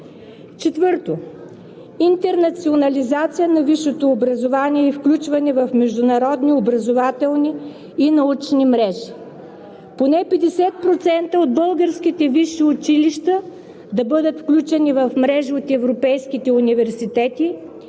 4. Интернационализация на висшето образование и включване в международни образователни и научни мрежи. Поне 50% от българските висши училища да бъдат включени в мрежи от европейските университети,